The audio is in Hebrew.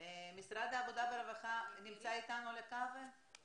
משרד העבודה והרווחה נמצא איתנו על הקו?